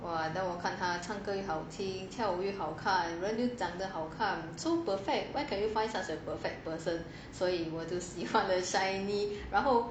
!wah! then 我看他唱歌又好听跳舞又好看人又长得好看 so perfect where can you find such a perfect person 所以我就喜欢了 shinee 然后